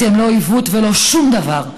אתם לא עיוות ולא שום דבר.